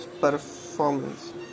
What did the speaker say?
performance